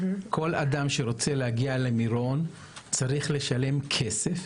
כל אדם שרוצה להגיע למירון צריך לשלם כסף.